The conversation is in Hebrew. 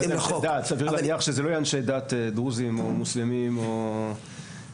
סביר להניח שזה לא יהיה אנשי דת דרוזים או מוסלמים או אחרים,